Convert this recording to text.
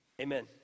Amen